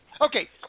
Okay